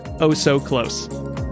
oh-so-close